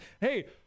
Hey